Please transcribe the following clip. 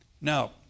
Now